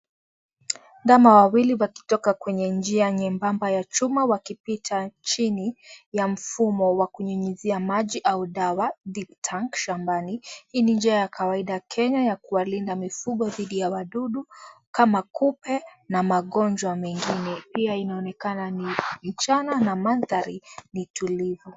Ndama wawili wakitoka kwenye njia nyembamba ya chuma wakipita chini ya mfumo wa kunyunyizia maji au dawa dip tank shambani. Hii njia ya kawaida kenya ya kuwalinda mifugo dhidi ya wadudu kama kupe na magonjwa mengine pia inaonekana ni mchana na mandhari ni tulivu.